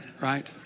Right